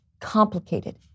complicated